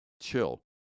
chill